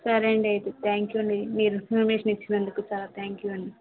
సరే అండి అయితే త్యాంక్ యూ అండి మీరు ఇన్ఫర్మేషన్ ఇచ్చినందుకు చాలా త్యాంక్ యూ అండి